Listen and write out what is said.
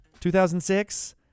2006